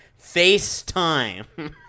FaceTime